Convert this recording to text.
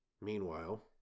Meanwhile